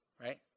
right